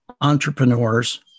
entrepreneurs